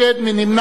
מי נמנע?